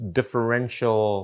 differential